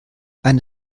eine